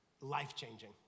life-changing